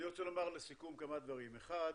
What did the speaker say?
רוצה לומר לסיכום כמה דברים: אחד,